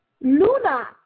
luna